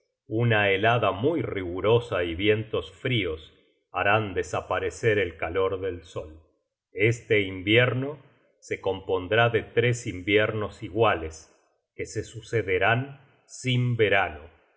una helada muy rigurosa y vientos frios harán desaparecer el calor del sol este invierno se compondrá de tres invier nos iguales que se sucederán sin verano